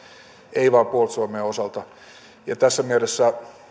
ei vain puolustusvoimien osalta tässä mielessä